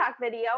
video